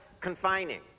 confining